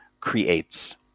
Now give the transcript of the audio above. creates